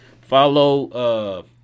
follow